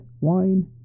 wine